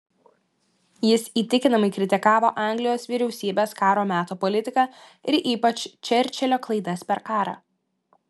jis įtikinamai kritikavo anglijos vyriausybės karo meto politiką ir ypač čerčilio klaidas per karą